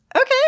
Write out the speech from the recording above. Okay